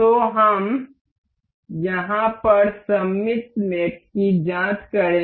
तो हम यहाँ पर सममित मेट की जाँच करें